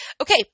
okay